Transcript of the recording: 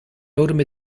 orme